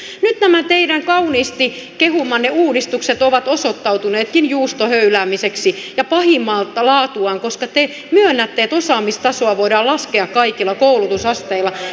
nyt nämä teidän kauniisti kehumanne uudistukset ovat osoittautuneetkin juustohöyläämiseksi ja pahimmaksi laatuaan koska te myönnätte että osaamistasoa voidaan laskea kaikilla koulutusasteilla